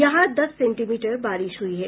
यहां दस सेंटीमीटर बारिश हुई है